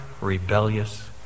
rebellious